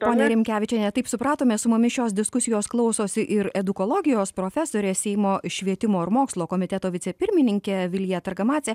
ponia rimkevičiene taip supratome su mumis šios diskusijos klausosi ir edukologijos profesorė seimo švietimo ir mokslo komiteto vicepirmininkė vilija targamadzė